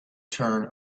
turn